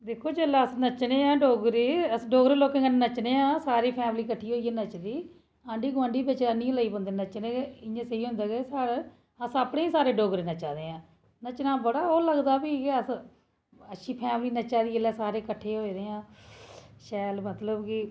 दिक्खो जेल्ले अस नच्चने आं डोगरे डोगरे लोकें कन्नै नच्चने आं सारी फैमली किट्ठी होइयै नचदी आंडीं गुआंढी बिच्च आह्नियै लेई पोंदे नच्चनै' इ'यां सेही होंदा ऐ अस अपने सारे डोगरे नच्चै दे बड़ा ओह् लगदा ऐ अच्छी फैंमली नच्चै दी एल्लै सारे किट्ठे होए दे आं शैल मतलब कि